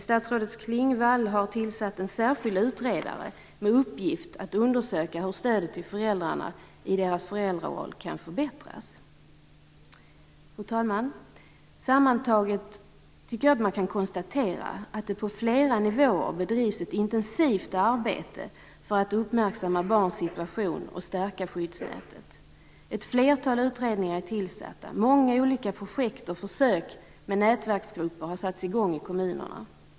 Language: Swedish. Statsrådet Klingvall har tillsatt en särskild utredare med uppgift att undersöka hur stödet till föräldrarna i deras föräldraroll kan förbättras. Fru talman! Sammantaget tycker jag att man kan konstatera att det på flera nivåer bedrivs ett intensivt arbete för att uppmärksamma barns situation och stärka skyddsnätet. Ett flertal utredningar är tillsatta. Många olika projekt och försök med nätverksgrupper har satts i gång i kommunerna.